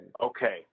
Okay